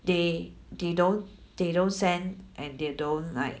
they they don't they don't send and they don't like